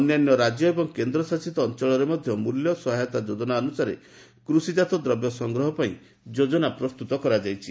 ଅନ୍ୟାନ୍ୟ ରାଜ୍ୟ ଏବଂ କେନ୍ଦଶାସିତ ଅଞ୍ଚଳରେ ମଧ୍ୟ ମୂଲ୍ୟ ସହାୟତା ଯୋଜନା ଅନୁସାରେ କୃଷିଜାତ ଦ୍ରବ୍ୟ ସଂଗ୍ରହ ପାଇଁ ଯୋଜନା ପ୍ରସ୍ତୁତ କରାଯାଇଛି